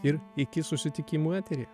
ir iki susitikimų eteryje